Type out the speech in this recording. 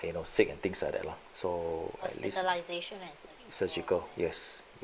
you know sick and things like that lah so at least surgical yes